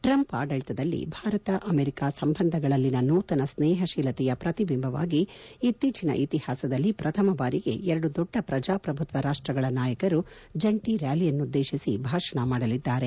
Trump ಆಡಳಿತದಲ್ಲಿ ಭಾರತ America ಸಂಬಂಧಗಳಲ್ಲಿನ ನೂತನ ಸ್ನೇಹಶೀಲತೆಯ ಪ್ರತಿಬಿಂಬಕವಾಗಿ ಇತ್ತೀಚಿನ ಇತಿಹಾಸದಲ್ಲಿ ಪ್ರಥಮ ಭಾರಿಗೆ ಎರಡು ದೊಡ್ಡ ಪ್ರಜಾಪ್ರಭುತ್ವ ರಾಷ್ಷಗಳ ನಾಯಕರು ಜಂಟಿ ರ್ಕಾಲಿಯನ್ನುದ್ದೇತಿ ಭಾಷಣ ಮಾಡಲಿದ್ದಾರೆ